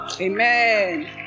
Amen